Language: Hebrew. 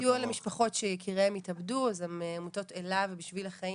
סיוע למשפחות שיקירהן התאבדו אז עמותות 'אלה' ו'בשביל החיים',